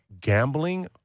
gambling